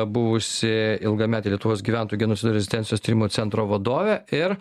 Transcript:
buvusi ilgametė lietuvos gyventojų genocido rezistencijos tyrimo centro vadovė ir